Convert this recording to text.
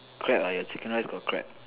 crab ah your chicken rice got crab